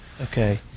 okay